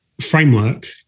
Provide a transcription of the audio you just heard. framework